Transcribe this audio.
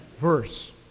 verse